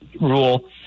rule